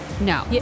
No